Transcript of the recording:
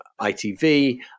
ITV